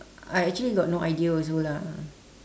I actually got no idea also lah